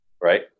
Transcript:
Right